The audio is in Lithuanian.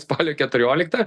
spalio keturioliktą